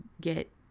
get